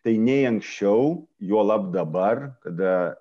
tai nei anksčiau juolab dabar kada